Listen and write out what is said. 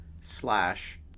slash